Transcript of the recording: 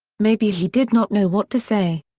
maybe he did not know what to say.